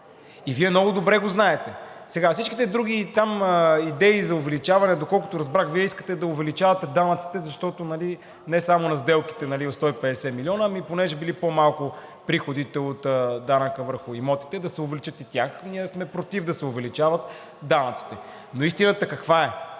Вие много добре го знаете. Всичките други идеи за увеличаване – доколкото разбрах, Вие искате да увеличавате данъците не само на сделките от 150 милиона, а понеже били по-малко приходите от данъка върху имотите, да се увеличат и те. Ние сме против да се увеличават данъците. Но истината каква е?